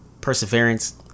perseverance